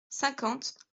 cinquante